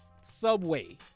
Subway